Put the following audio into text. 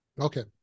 Okay